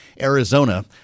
Arizona